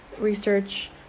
research